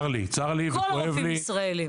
צר לי וכואב לי.